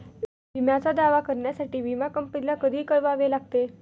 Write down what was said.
विम्याचा दावा करण्यासाठी विमा कंपनीला कधी कळवावे लागते?